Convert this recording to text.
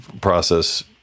process